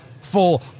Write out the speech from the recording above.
full